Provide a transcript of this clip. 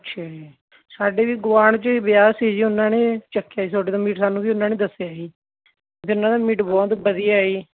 ਅੱਛਾ ਜੀ ਸਾਡੇ ਵੀ ਗੁਆਢ 'ਚ ਵਿਆਹ ਸੀ ਜੀ ਉਹਨਾਂ ਨੇ ਚੱਕਿਆ ਸੀ ਤੁਹਾਡੇ ਤੋਂ ਮੀਟ ਸਾਨੂੰ ਵੀ ਉਹਨਾਂ ਨੇ ਦੱਸਿਆ ਸੀ ਕਿ ਇਹਨਾਂ ਦਾ ਮੀਟ ਬਹੁਤ ਵਧੀਆ ਹੈ ਜੀ